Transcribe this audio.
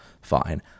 Fine